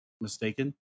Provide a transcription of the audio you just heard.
mistaken